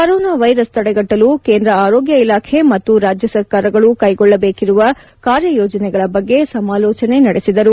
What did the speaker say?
corona virus ತಡೆಗಟ್ಟಲು ಕೇಂದ್ರ ಆರೋಗ್ಯ ಇಲಾಖೆ ಮತ್ತು ರಾಜ್ಯ ಸರ್ಕಾರಗಳು ಕೈಗೊಳ್ಳಬೇಕಿರುವ ಕಾರ್ಯಯೋಜನೆಗಳ ಬಗ್ಗೆ ಸಮಾಲೋಚನೆ ನಡೆಸಿದರು